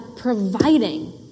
providing